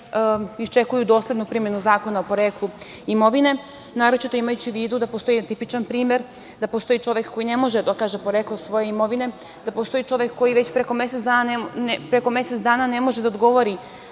iščekuju doslednu primenu Zakona o poreklu imovine, naročito imajući u vidu da postoji tipičan primer, da postoji čovek koji ne može da dokaže poreklo svoje imovine, da postoji čovek koji već preko mesec dana ne može da odgovori